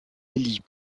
élit